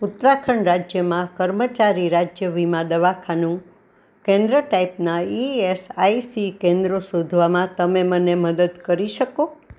ઉત્તરાખંડ રાજ્યમાં કર્મચારી રાજ્ય વીમા દવાખાનું કેન્દ્ર ટાઈપનાં ઇએસઆઈસી કેન્દ્રો શોધવામાં તમે મને મદદ કરી શકો